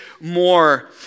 more